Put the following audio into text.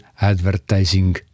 advertising